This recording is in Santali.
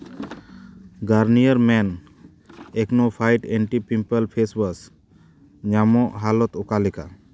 Garnier men Acno fight anti pimple face wash ᱧᱟᱢᱚᱦ ᱦᱟᱞᱚᱛ ᱚᱠᱟ ᱞᱮᱠᱟ